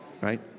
right